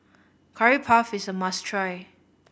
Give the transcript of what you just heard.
Curry Puff is a must try